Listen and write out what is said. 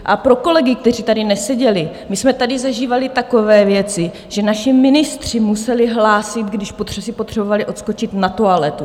A pro kolegy, kteří tady neseděli: my jsme tady zažívali takové věci, že naši ministři museli hlásit, když si potřebovali odskočit na toaletu.